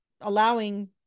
allowing